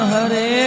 Hare